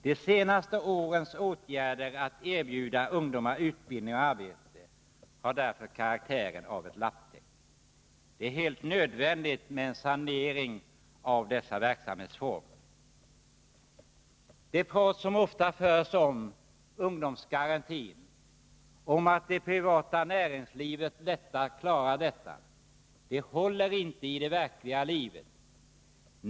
De senaste årens åtgärder när det gäller att erbjuda ungdomar utbildning och arbete har därför karaktären av ett lapptäcke. Det är helt nödvändigt med en sanering av dessa verksamhetsformer. Det som ofta sägs om ungdomsgarantin och om att det privata näringslivet har lättare att klara detta håller inte i det verkliga livet.